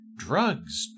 Drugs